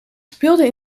speelden